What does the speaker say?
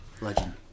Legend